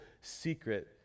secret